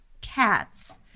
cats